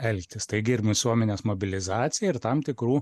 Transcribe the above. elgtis taigi ir misuomenės mobilizacija ir tam tikrų